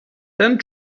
ten